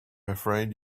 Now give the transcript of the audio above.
afraid